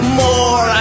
more